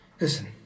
Listen